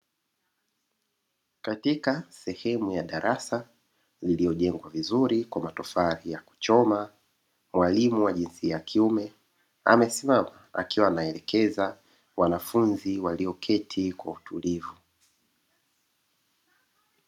Katika sehemu ya darasa iliyojengwa vizuri kwa kutumia matofari ya kuchoma mwalimu wa jinsia ya kiume, amesimama akiwa anaelekeza wanafunzi walioketi kwa utulivu.